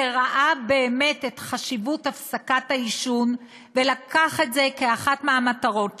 שראה באמת את חשיבות הפסקת העישון ולקח את זה כאחת מהמטרות שלו.